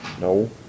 No